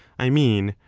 i mean,